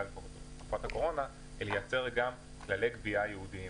לייצר כללי גבייה ייעודיים.